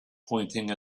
pointing